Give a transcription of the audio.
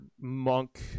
monk